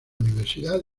universidad